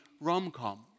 rom-com